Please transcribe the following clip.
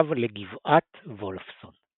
הוסב לגבעת וולפסון.